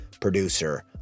producer